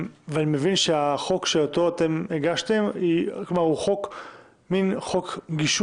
אני מבין שהחוק שאתם הגשתם הוא חוק גישור,